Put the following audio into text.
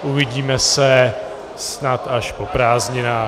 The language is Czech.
Uvidíme se snad až po prázdninách.